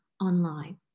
online